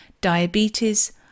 diabetes